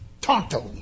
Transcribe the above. Tonto